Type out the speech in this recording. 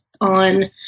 on